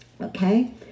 Okay